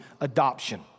adoption